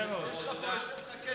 יש לך פה את כצל'ה,